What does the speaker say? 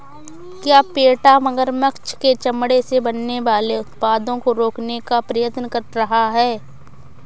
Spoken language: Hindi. क्या पेटा मगरमच्छ के चमड़े से बनने वाले उत्पादों को रोकने का प्रयत्न कर रहा है?